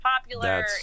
popular